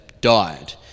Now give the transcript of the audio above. died